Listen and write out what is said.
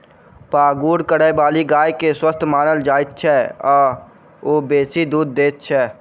पागुर करयबाली गाय के स्वस्थ मानल जाइत छै आ ओ बेसी दूध दैत छै